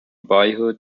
boyhood